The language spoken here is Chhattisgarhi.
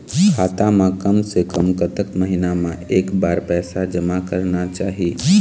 खाता मा कम से कम कतक महीना मा एक बार पैसा जमा करना चाही?